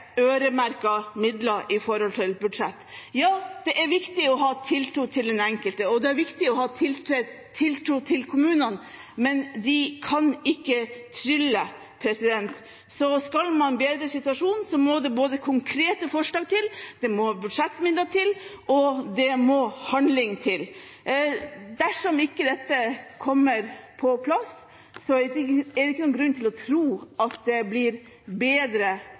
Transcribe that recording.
Ja, det er viktig å ha tiltro til den enkelte, og det er viktig å ha tiltro til kommunene, men de kan ikke trylle. Så om man skal bedre situasjonen, må det konkrete forslag til, det må budsjettmidler til, og det må handling til. Dersom ikke dette kommer på plass, er det ingen grunn til å tro at det blir noe bedre på dette området. Det er iallfall grunn til å tro at kokeboken ender med et mageplask, at det ikke blir